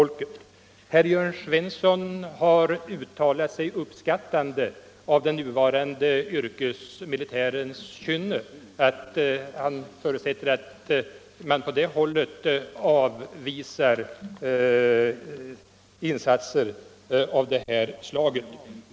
Herr Svensson i Malmö har uttalat sig uppskattande om den nuvarande yrkesmilitärens kynne. Han förutsätter att man på det hållet avvisar insatser av det här slaget.